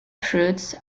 fruits